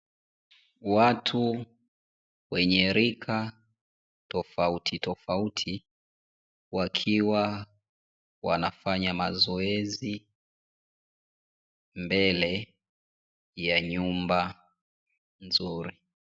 Watu wenye rika tofautitofauti wakiwa wanafanya mazoezi mbele ya nyumba nzuri.